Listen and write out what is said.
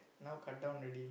now cut down already